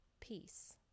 peace